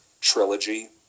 trilogy